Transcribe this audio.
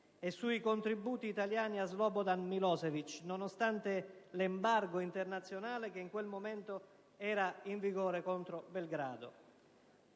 e sui contributi italiani a Slobodan Milošević, nonostante l'embargo internazionale che in quel momento era in vigore contro Belgrado.